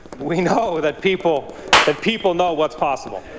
we know that people that people know what's possible.